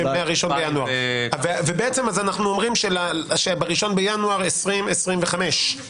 אז בעצם אנחנו אומרים שב- 1 בינואר 2025,